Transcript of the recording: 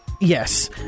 Yes